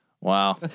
Wow